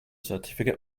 certificate